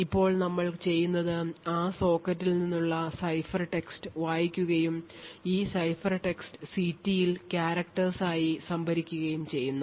ഇപ്പോൾ നമ്മൾ ചെയ്യുന്നത് ആ സോക്കറ്റിൽ നിന്നുള്ള സൈഫർടെക്സ്റ്റ് വായിക്കുകയും ഈ സൈഫർടെക്സ്റ്റ് ct യിൽ characters ആയി സംഭരിക്കുകയും ചെയ്യുന്നു